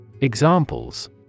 Examples